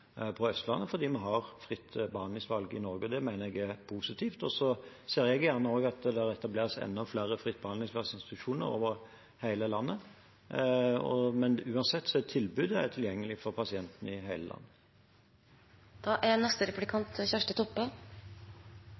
på Østlandet fordi vi har fritt behandlingsvalg i Norge. Det mener jeg er positivt, og så ser jeg gjerne at det etableres enda flere fritt-behandlingsvalg-institusjoner over hele landet, men uansett er tilbudet tilgjengelig for pasientene i hele